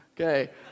Okay